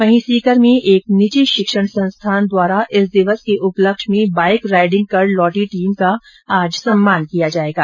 वहीं सीकर में एक निजी शिक्षण संस्थान द्वारा इस दिवस के उपलक्ष्य में बाईक राइडिंग कर लौटी टीम का आज सम्मान किया जायेगा